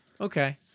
Okay